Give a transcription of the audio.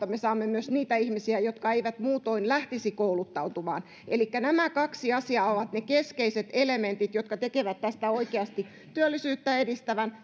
me saamme myös niitä ihmisiä jotka eivät muutoin lähtisi kouluttautumaan elikkä nämä kaksi asiaa ovat ne keskeiset elementit jotka tekevät tästä oikeasti työllisyyttä edistävän